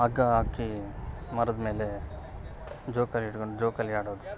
ಹಗ್ಗ ಹಾಕಿ ಮರದ ಮೇಲೆ ಜೋಕಾಲಿ ಇಟ್ಕೊಂಡು ಜೋಕಾಲಿ ಆಡೋದು